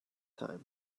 time